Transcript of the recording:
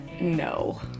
No